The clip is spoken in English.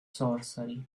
sorcery